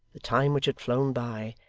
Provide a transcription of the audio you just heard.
the time which had flown by,